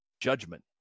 judgment